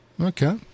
Okay